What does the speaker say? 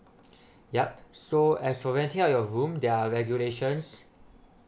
yup so as for renting out your room there are regulations